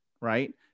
right